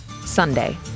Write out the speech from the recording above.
Sunday